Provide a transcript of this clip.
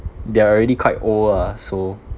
they're already quite old ah so